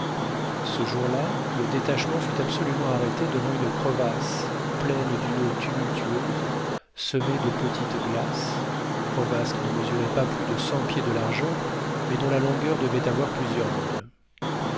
ce jour-là le détachement fut absolument arrêté devant une crevasse pleine d'une eau tumultueuse semée de petites glaces crevasse qui ne mesurait pas plus de cent pieds de largeur mais dont la longueur devait avoir plusieurs milles